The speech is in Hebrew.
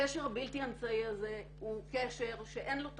הקשר הבלתי אמצעי הזה הוא קשר שאין לו תחליף.